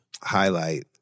highlight